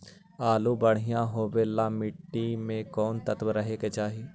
आलु बढ़िया होबे ल मट्टी में कोन तत्त्व रहे के चाही?